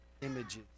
Images